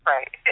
Right